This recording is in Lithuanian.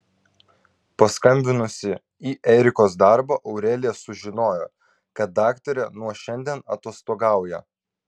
paskambinusi į erikos darbą aurelija sužinojo kad daktarė nuo šiandien atostogauja